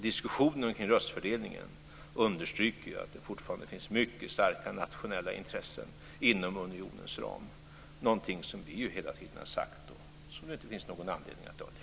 Diskussionen kring röstfördelningen understryker att det fortfarande finns mycket starka nationella intressen inom unionens ram, något som vi hela tiden har sagt och som det inte finns någon anledning att dölja.